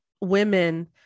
women